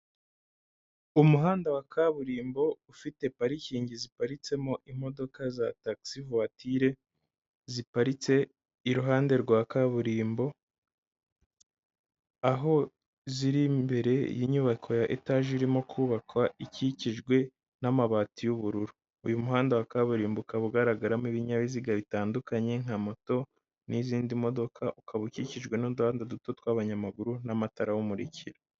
Umuhanda wa kaburimbo ufite parikingi ziparitsemo imodoka za tagisi vuwatire, ziparitse iruhande rwa kaburimbo, aho ziri imbere y'inyubako ya etaje irimo kubakwa ikikijwe n'amabati y'ubururu. Uyu muhanda wa kaburimbo ukaba ugaragaramo ibinyabiziga bitandukanye nka moto n'izindi modoka, ukaba ukikijwe n'uduhanda duto tw'abanyamaguru n'amatara uwumurikira.